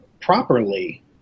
properly